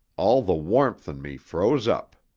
all the warmth in me froze up.